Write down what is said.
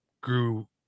grew